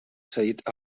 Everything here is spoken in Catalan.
cedit